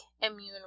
immune